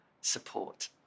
support